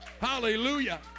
Hallelujah